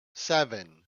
seven